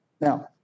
Now